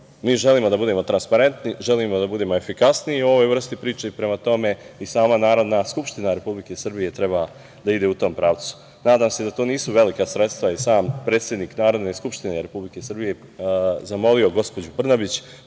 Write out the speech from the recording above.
želimo da budemo transparentni, želimo da budemo efikasniji u ovoj vrsti priče i prema tome i sama Narodna skupština Republike Srbije treba da ide u tom pravcu. Nadam se da to nisu velika sredstva, i sam predsednik Narodne skupštine Republike Srbije je zamolio gospođu Brnabić